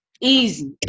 Easy